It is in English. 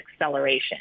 acceleration